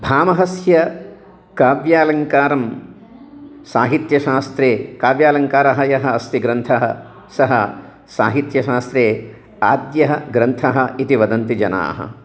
भामहस्य काव्यालङ्कारं साहित्यशास्त्रे काव्यालङ्कारः यः अस्ति ग्रन्थः सः साहित्यशास्त्रे आद्यः ग्रन्थः इति वदन्ति जनाः